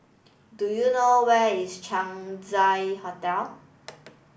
do you know where is Chang Ziang Hotel